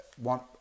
want